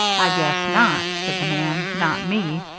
i guess not, said the man. not me.